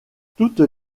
toutes